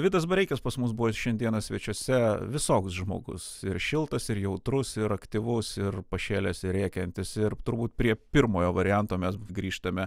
vidas bareikis pas mus buvo šiandieną svečiuose visoks žmogus ir šiltas ir jautrus ir aktyvus ir pašėlęs ir rėkiantis ir turbūt prie pirmojo varianto mes grįžtame